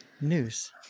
News